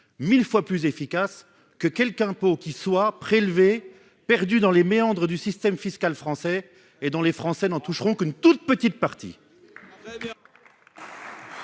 1000 fois plus efficace que quelqu'impôts qui soient prélevés, perdus dans les méandres du système fiscal français et dont les Français n'en toucheront qu'une toute petite partie.